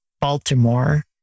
Baltimore